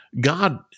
God –